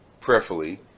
prayerfully